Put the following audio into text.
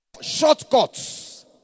shortcuts